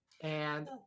And-